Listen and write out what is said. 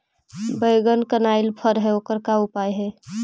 बैगन कनाइल फर है ओकर का उपाय है?